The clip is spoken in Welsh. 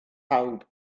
pawb